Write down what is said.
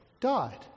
died